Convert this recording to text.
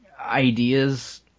ideas